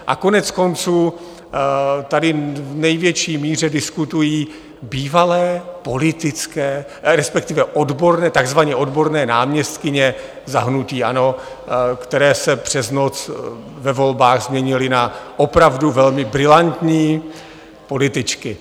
A koneckonců tady v největší míře diskutují bývalé politické, respektive takzvaně odborné náměstkyně za hnutí ANO, které se přes noc ve volbách změnily na opravdu velmi brilantní političky.